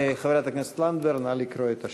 חברת הכנסת לנדבר, נא לקרוא את השאילתה.